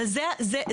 אבל זה בדיוק.